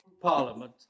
Parliament